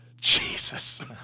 Jesus